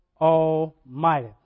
Almighty